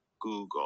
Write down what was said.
google